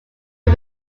who